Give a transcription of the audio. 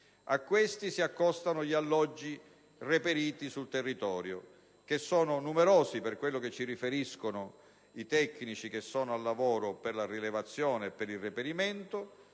A questi si accostano gli alloggi reperiti sul territorio, che sono numerosi, per quello che ci riferiscono i tecnici occupati nella rilevazione e il reperimento,